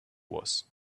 was